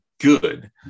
good